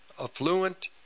affluent